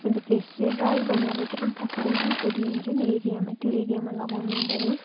अन्त फेस चाहिँ ड्राई बनाएर चाहिँ आँखाको वरिपरि हुन्छ नि एरियामा त्यो एरियामा लगाउनु हुँदैन